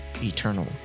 eternal